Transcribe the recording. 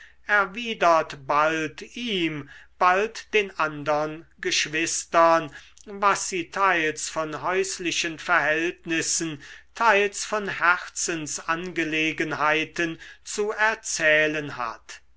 erwidert bald ihm bald den andern geschwistern was sie teils von häuslichen verhältnissen teils von herzensangelegenheiten zu erzählen hat